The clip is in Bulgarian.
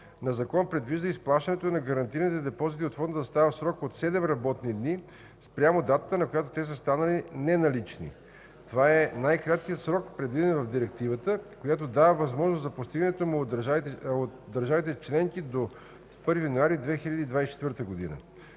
на закон предвижда изплащането на гарантираните депозити от Фонда да става в срок от 7 работни дни спрямо датата, на която те са станали неналични. Това е най-краткият срок, предвиден в Директивата, която дава възможност за постигането му от държавите членки до 1 януари 2024 г.